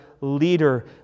leader